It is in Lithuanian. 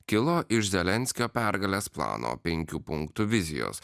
kilo iš zelenskio pergalės plano penkių punktų vizijos